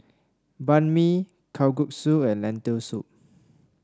Banh Mi Kalguksu and Lentil Soup